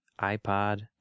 iPod